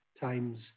times